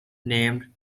named